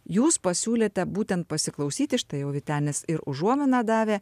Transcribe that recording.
jūs pasiūlėte būtent pasiklausyti štai jau vytenis ir užuominą davė